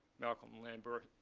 malcolm lambert,